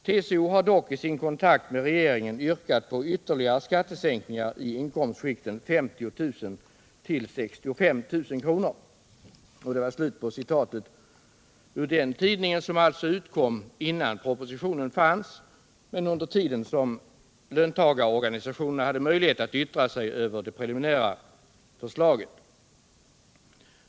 TCO har dock i sin kontakt med regeringen yrkat på ytterligare skattesänkning i inkomstskikten 50 000 kr till 65 000 kr.” Det här numret utkom innan propositionen förelåg, men under den tid då löntagarorganisationerna hade möjlighet att yttra sig över det preliminära förslaget.